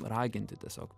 raginti tiesiog